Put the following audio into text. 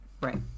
Right